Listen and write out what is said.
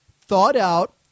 thought-out